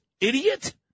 idiot